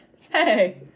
Hey